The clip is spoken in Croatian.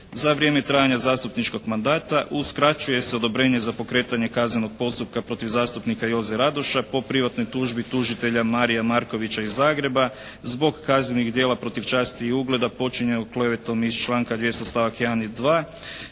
za vrijeme trajanja zastupničkog mandata. Uskraćuje se odobrenje za pokretanje kaznenog postupka protiv zastupnika Joze Radoša po privatnoj tužbi tužitelja Marija Markovića iz Zagreba zbog kaznenih djela protiv časti i ugleda počinjeno klevetom iz članka 200. stavak 1. i 2.